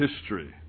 history